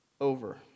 over